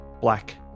black